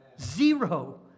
Zero